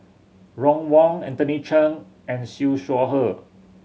Ron Wong Anthony Chen and Siew Shaw Her